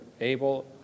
able